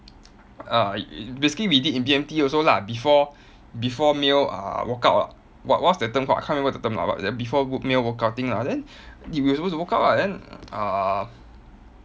uh basically we did in B_M_T also lah before before meal uh workout ah what what's that term called I can't remember the term lah but before meal workout thing lah then we supposed to work out ah then uh